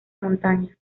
montaña